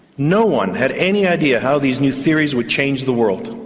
no one had any idea how these new theories would change the world,